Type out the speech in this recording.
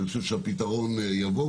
אני חושב שהפתרון יבוא,